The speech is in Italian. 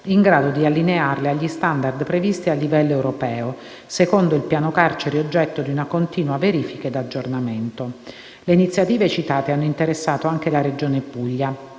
in grado di allinearle agli *standard* previsti a livello europeo, secondo il Piano carceri oggetto di continua verifica ed aggiornamento. Le iniziative citate hanno interessato anche la Regione Puglia